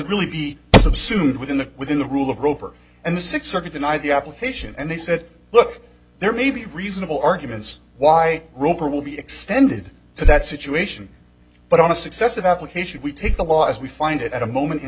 really be subsumed within the within the rule of roper and the six circuit deny the application and they said look there may be reasonable arguments why roper will be extended to that situation but on a successive application we take the law as we find it at a moment in